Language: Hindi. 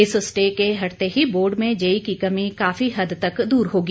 इस स्टे के हटते ही बोर्ड में जेई की कमी काफी हद तक दूर होगी